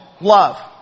love